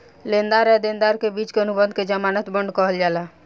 लेनदार आ देनदार के बिच के अनुबंध के ज़मानत बांड कहल जाला